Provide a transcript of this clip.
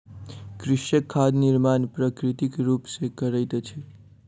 कृषक खाद निर्माण प्राकृतिक रूप सॅ करैत अछि